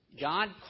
God